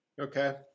Okay